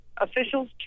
officials